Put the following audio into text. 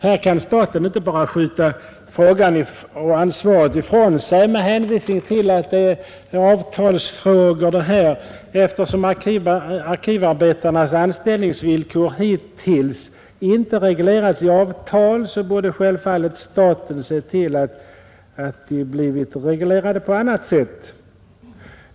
Här kan staten inte bara skjuta ansvaret ifrån sig med hänvisning till att detta är avtalsfrågor. Eftersom arkivarbetarnas anställningsvillkor hittills inte reglerats i avtal borde självfallet staten ha sett till att det skett på annat sätt.